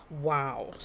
Wow